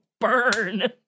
burn